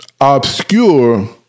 obscure